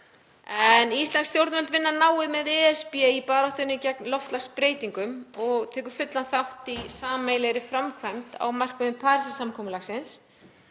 Íslensk stjórnvöld vinna náið með ESB í baráttunni gegn loftslagsbreytingum og taka fullan þátt í sameiginlegri framkvæmd á markmiðum Parísarsamkomulagsins